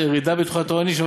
הירידה בתחולת העוני של,